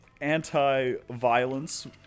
anti-violence